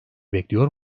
bekliyor